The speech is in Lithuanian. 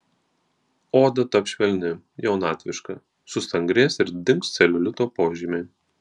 oda taps švelni jaunatviška sustangrės ir dings celiulito požymiai